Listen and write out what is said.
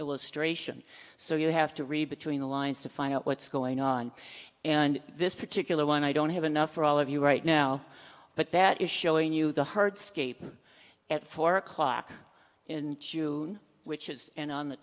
illustration so you have to read between the lines to find out what's going on and this particular one i don't have enough for all of you right now but that is showing you the hard scaping at four o'clock in june which is and on the